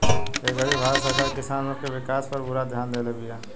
ए घड़ी भारत सरकार किसान सब के विकास पर पूरा ध्यान देले बिया